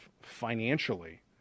financially